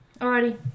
Alrighty